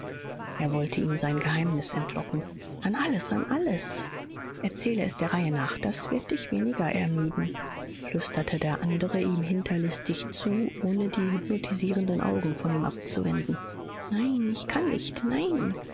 er wollte ihm sein geheimnis entlocken an alles an alles erzähle es der reihe nach das wird dich weniger ermüden flüsterte der andre ihm hinterlistig zu ohne die hypnotisierenden augen von ihm abzuwenden nein ich kann nicht nein